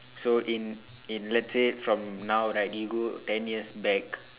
so in in let's say from now right you go ten years back